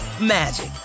magic